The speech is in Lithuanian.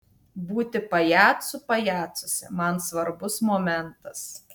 būti pajacu pajacuose man svarbus momentas